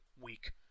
week